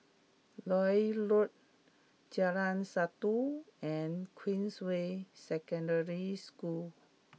Lloyd Road Jalan Satu and Queensway Secondary School